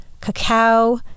cacao